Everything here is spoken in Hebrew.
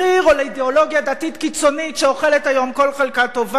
או לאידיאולוגיה דתית-קיצונית שאוכלת היום כל חלקה טובה.